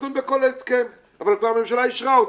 נדון בכל ההסכם, אבל הממשלה כבר אישרה אותו.